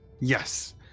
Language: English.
Yes